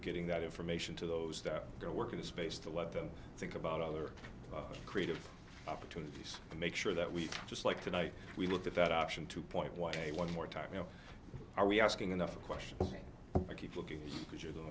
getting that information to those that are working the space to let them think about other creative opportunities to make sure that we just like tonight we look at that option two point one one more time you know are we asking enough questions i keep looking because you're the